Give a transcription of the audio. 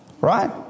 Right